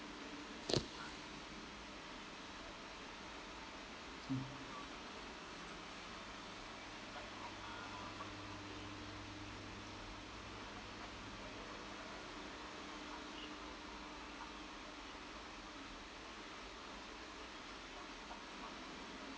mm